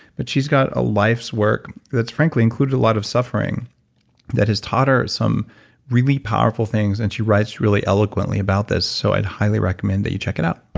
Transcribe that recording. but she's got a life's work that's frankly included a lot of suffering that has taught her some really powerful things. and she writes really eloquently about this, so i'd highly recommend that you check it out